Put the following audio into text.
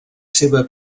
seva